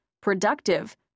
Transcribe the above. productive